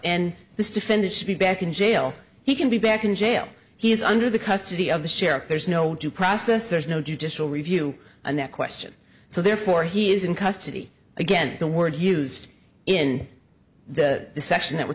and this defendant should be back in jail he can be back in jail he is under the custody of the sheriff there's no due process there's no judicial review on that question so therefore he is in custody again the word used in the section that we're